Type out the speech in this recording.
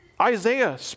Isaiah